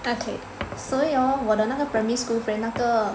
ah okay 所有 hor 我的那个 primary school friend 那个